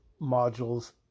modules